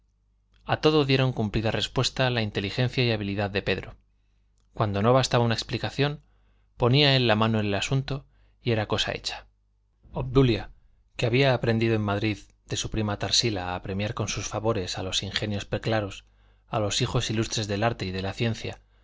a todo dieron cumplida respuesta la inteligencia y habilidad de pedro cuando no bastaba una explicación ponía él la mano en el asunto y era cosa hecha obdulia que había aprendido en madrid de su prima tarsila a premiar con sus favores a los ingenios preclaros a los hijos ilustres del arte y de la ciencia